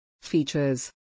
Features